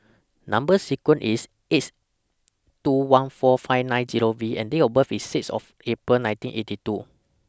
Number sequence IS S two one four five nine Zero V and Date of birth IS six of April nineteen eighty two